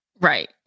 Right